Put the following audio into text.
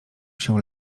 się